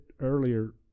earlier